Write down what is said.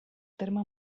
terme